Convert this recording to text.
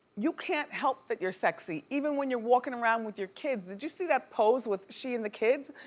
you can't help that you're sexy, even when you're walking around with your kids. did you see that pose with she and the kids?